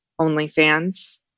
OnlyFans